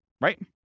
right